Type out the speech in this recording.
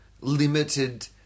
limited